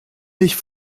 mich